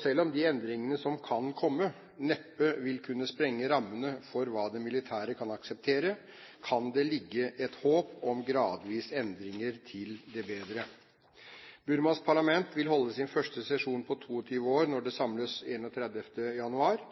Selv om de endringer som kan komme, neppe vil kunne sprenge rammene for hva de militære kan akseptere, kan det ligge et håp om gradvise endringer til det bedre. Burmas parlament vil holde sin første sesjon på 22 år når det samles den 31. januar.